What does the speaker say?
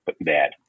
bad